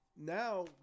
Now